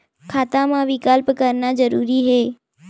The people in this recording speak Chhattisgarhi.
खाता मा विकल्प करना जरूरी है?